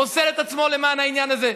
ומוסר את עצמו למען העניין הזה,